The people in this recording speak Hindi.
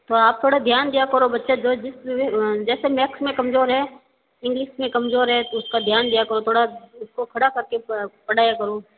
तो आप थोड़ा ध्यान दिया करो बच्चा जो जिस जैसे मैथ्स में कमज़ोर है इंग्लिस में कमज़ोर है तो उसका ध्यान दिया करो थोड़ा उसको खड़ा करके पढ़ाया करो